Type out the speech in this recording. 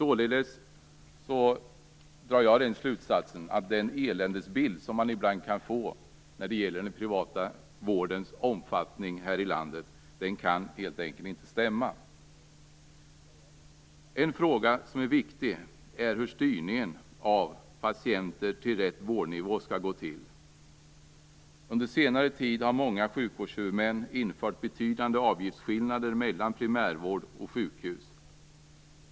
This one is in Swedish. Jag drar slutsatsen att den eländesbild man ibland kan få när det gäller den privata vårdens omfattning här i landet helt enkelt inte kan stämma. En viktig fråga är hur styrningen av patienter till rätt vårdnivå skall gå till. Under senare tid har många sjukvårdshuvudmän infört betydande avgiftsskillnader mellan primärvård och sjukhus.